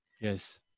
Yes